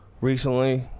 recently